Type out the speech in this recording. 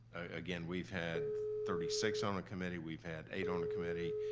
again, we've had thirty six on a committee, we've had eight on a committee,